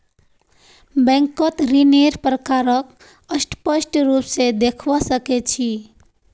बैंकत ऋन्नेर प्रकारक स्पष्ट रूप से देखवा सके छी